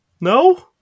no